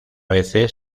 veces